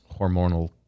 hormonal